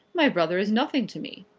my brother is nothing to me.